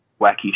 wacky